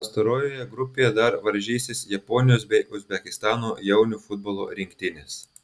pastarojoje grupėje dar varžysis japonijos bei uzbekistano jaunių futbolo rinktinės